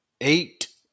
eight